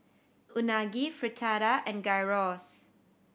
Unagi Fritada and Gyros